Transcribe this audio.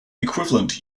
equivalent